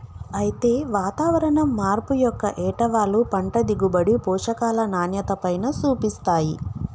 అయితే వాతావరణం మార్పు యొక్క ఏటవాలు పంట దిగుబడి, పోషకాల నాణ్యతపైన సూపిస్తాయి